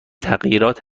تغییرات